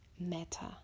matter